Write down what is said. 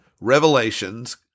revelations